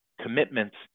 commitments